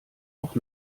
auch